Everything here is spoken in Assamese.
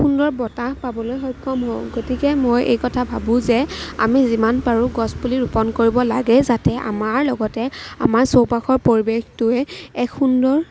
সুন্দৰ বতাহ পাবলৈ সক্ষম হওঁ গতিকে মই এই কথা ভাবোঁ যে আমি যিমান পাৰোঁ গছ পুলি ৰোপণ কৰিব লাগে যাতে আমাৰ লগতে আমাৰ চৌপাশৰ পৰিৱেশটোৱে এক সুন্দৰ